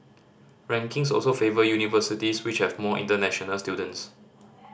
rankings also favour universities which have more international students